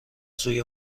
سوی